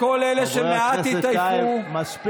לכל אלה, חברי הכנסת, די, מספיק.